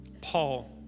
Paul